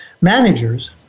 managers